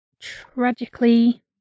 Tragically